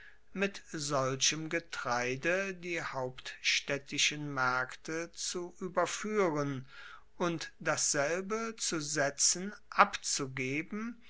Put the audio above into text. mit solchem getreide die hauptstaedtischen maerkte zu ueberfuehren und dasselbe zu saetzen abzugeben